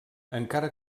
encara